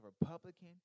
Republican